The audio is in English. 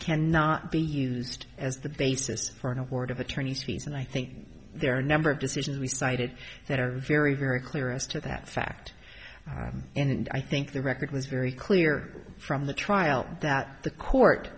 cannot be used as the basis for an award of attorney's fees and i think there are a number of decisions we cited that are very very clear as to that fact and i think the record was very clear from the trial that the court